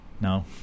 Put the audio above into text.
no